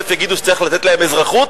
ותיכף יגידו שצריך לתת להם אזרחות,